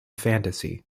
fantasy